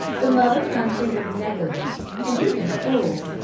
the mother-country was negligent, and even cruel.